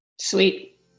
Sweet